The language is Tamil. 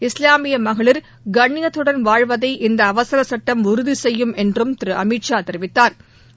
இஸ்லாமிய மகளி் கண்ணியத்துடன் வாழ்வதை இந்த அவசர சுட்டம் உறுதி செய்யும் என்றும் திரு அமீத்ஷா தெரிவித்தாா்